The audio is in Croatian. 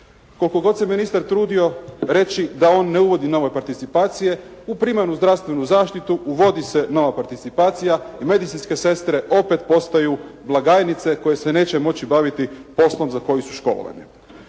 Koliko god se ministar trudio reći da on ne uvodi nove participacije, u primarnu zdravstvenu zaštitu, uvodi se nova participacija i medicinske sestre opet postaju blagajnice koje se neće moći baviti poslom za koje su školovane.